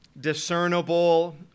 discernible